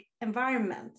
environment